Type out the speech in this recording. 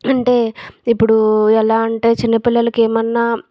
అంటే ఇప్పుడు ఎలా అంటే చిన్న పిల్లలకి ఏమన్నా